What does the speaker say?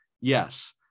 Yes